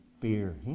fear